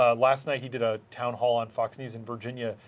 ah last night he did a townhall on fox news in virginia.